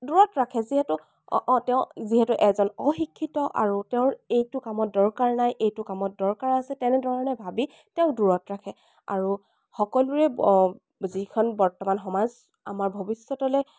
দূৰত ৰাখে যিহেতু তেওঁ যিহেতু এজন অশিক্ষিত আৰু তেওঁৰ এইটো কামত দৰকাৰ নাই এইটো কামত দৰকাৰ আছে তেনেধৰণে ভাবি তেওঁক দূৰত ৰাখে আৰু সকলোৰে যিখন বৰ্তমান সমাজ আমাৰ ভৱিষ্যতলৈ